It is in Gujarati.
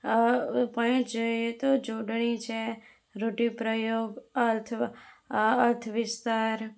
જોડણી છે રૂઢિપ્રયોગ અર્થ આ અર્થ વિસ્તાર